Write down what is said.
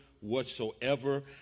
whatsoever